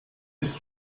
ist